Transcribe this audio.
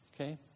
Okay